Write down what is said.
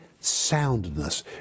soundness